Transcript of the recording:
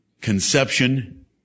conception